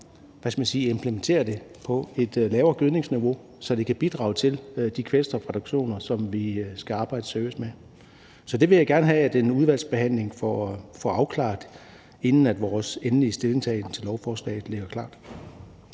implementere det på et lavere gødningsniveau, så det kan bidrage til de kvælstofreduktioner, som vi skal arbejde seriøst med? Så det vil jeg gerne have at en udvalgsbehandling får afklaret, inden vores endelige stillingtagen til lovforslaget ligger klar.